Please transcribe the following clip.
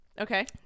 Okay